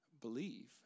believe